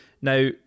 Now